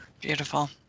Beautiful